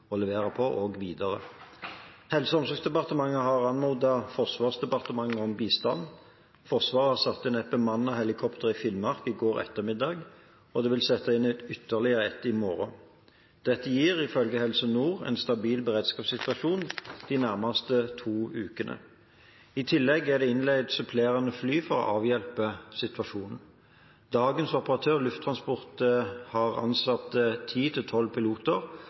å levere på også videre. Helse- og omsorgsdepartementet har anmodet Forsvarsdepartementet om bistand. Forsvaret satte inn et bemannet helikopter i Finnmark i går ettermiddag, og de vil sette inn ytterligere ett i morgen. Dette gir ifølge Helse Nord en stabil beredskapssituasjon de nærmeste to ukene. I tillegg er det innleid supplerende fly for å avhjelpe situasjonen. Dagens operatør, Lufttransport, har ansatt